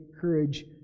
courage